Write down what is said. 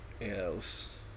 Yes